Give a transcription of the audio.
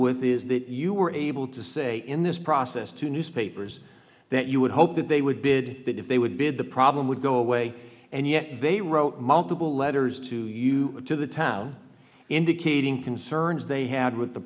with is that you were able to say in this process two newspapers that you would hope that they would bid if they would bid the problem would go away and yet they wrote multiple letters to you to the town indicating concerns they had with the